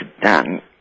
done